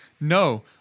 No